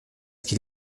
qu’il